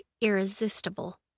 irresistible